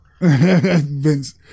Vince